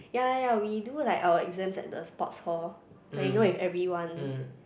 ya ya ya we do like our exams at the sports hall where you know with everyone